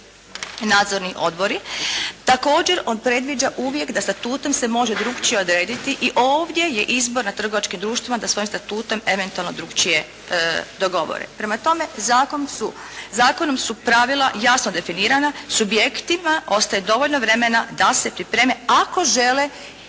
nadzorni odbori. Također on predviđa uvijek da statutom se može drukčije odrediti i ovdje je izbor nad trgovačkim društvima da svojim statutom eventualno drukčije dogovore. Prema tome, zakonom su pravila jasno definirana, subjektima ostaje dovoljno vremena da se pripreme ako žele